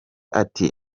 ati